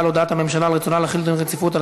הודעת הממשלה על רצונה להחיל דין רציפות על